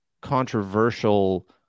controversial